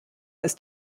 ist